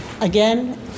Again